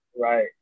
Right